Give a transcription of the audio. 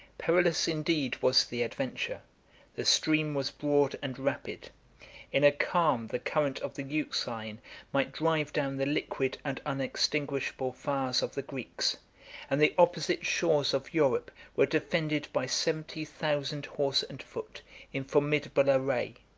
perilous indeed was the adventure the stream was broad and rapid in a calm the current of the euxine might drive down the liquid and unextinguishable fires of the greeks and the opposite shores of europe were defended by seventy thousand horse and foot in formidable array.